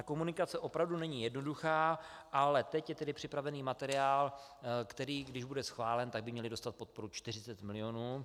Komunikace opravdu není jednoduchá, ale teď je připraven materiál, který když bude schválen, tak by měli dostat podporu 40 milionů.